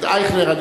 אייכלר.